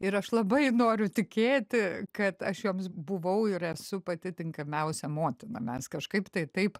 ir aš labai noriu tikėti kad aš joms buvau ir esu pati tinkamiausia motina mes kažkaip tai taip